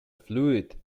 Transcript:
fluid